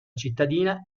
cittadina